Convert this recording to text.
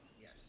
Yes